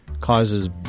causes